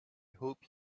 hope